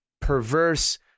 perverse